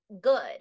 good